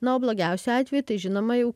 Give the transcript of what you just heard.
na o blogiausiu atveju tai žinoma jau